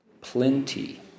Plenty